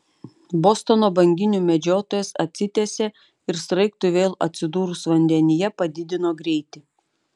bostono banginių medžiotojas atsitiesė ir sraigtui vėl atsidūrus vandenyje padidino greitį